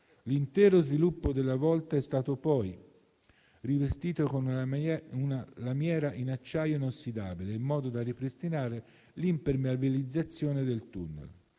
L'intero sviluppo della volta è stato poi rivestito con una lamiera in acciaio inossidabile, in modo da ripristinare l'impermeabilizzazione del tunnel.